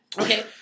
okay